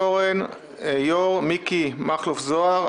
היו"ר מיקי מכלוף זוהר,